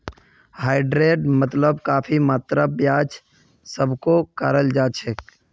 हाइब्रिडेर मामलात काफी मात्रात ब्याजक वापसो कराल जा छेक